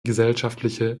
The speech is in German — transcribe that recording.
gesellschaftliche